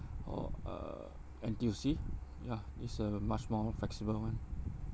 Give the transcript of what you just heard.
or uh N_T_U_C yeah it's a much more flexible one